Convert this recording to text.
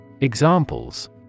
Examples